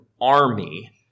army